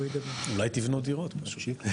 אולי תבנו דירות פשוט.